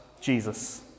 Jesus